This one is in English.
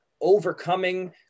Overcoming